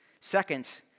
Second